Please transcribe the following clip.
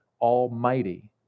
almighty